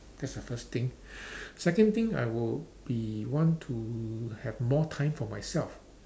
that's the first thing second thing I would be want to have more time for myself